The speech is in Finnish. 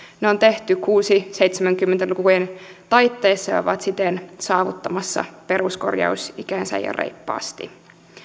ne on tehty kuusikymmentä viiva seitsemänkymmentä lukujen taitteessa ja ne ovat siten saavuttamassa peruskorjausikänsä ja reippaasti